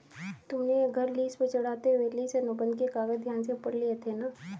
तुमने यह घर लीस पर चढ़ाते हुए लीस अनुबंध के कागज ध्यान से पढ़ लिए थे ना?